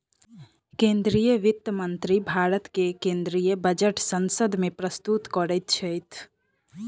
केंद्रीय वित्त मंत्री भारत के केंद्रीय बजट संसद में प्रस्तुत करैत छथि